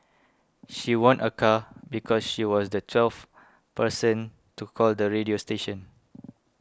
she won a car because she was the twelfth person to call the radio station